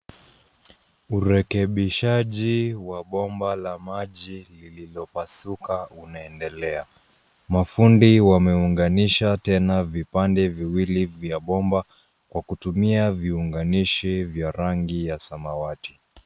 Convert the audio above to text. Urekebishaji wa bomba la maji lililopasuka unaendelea. Mafundi wameunganisha tena vipande viwili vya bomba kwa kutumia viunganishi vya rangi ya samawati.